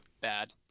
bad